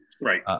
right